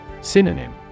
Synonym